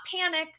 panic